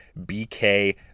BK